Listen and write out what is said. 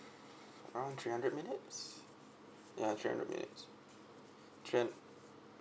around three hundred minutes ya three hundred minutes three hundred